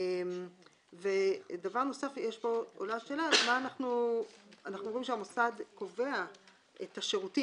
דבר נוסף, אנחנו אומרים שהמוסד קובע את השירותים.